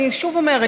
אני שוב אומרת,